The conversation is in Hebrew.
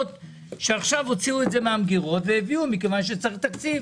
שעכשיו הוציאו את זה מהמגירות והביאו מכיוון שצריך תקציב.